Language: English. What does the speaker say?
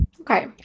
Okay